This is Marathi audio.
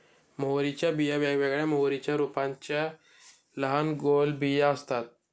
मोहरीच्या बिया वेगवेगळ्या मोहरीच्या रोपांच्या लहान गोल बिया असतात